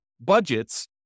budgets